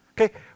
Okay